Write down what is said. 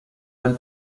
del